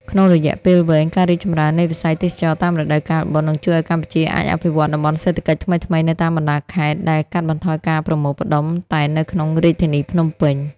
ក្នុងរយៈពេលវែង ការរីកចម្រើននៃវិស័យទេសចរណ៍តាមរដូវកាលបុណ្យ នឹងជួយឱ្យកម្ពុជាអាចអភិវឌ្ឍតំបន់សេដ្ឋកិច្ចថ្មីៗនៅតាមបណ្តាខេត្ត ដែលកាត់បន្ថយការប្រមូលផ្តុំតែនៅក្នុងរាជធានីភ្នំពេញ។